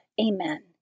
Amen